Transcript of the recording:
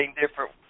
different